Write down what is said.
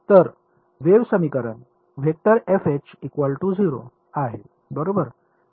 तर वेव्ह समीकरण आहे बरोबर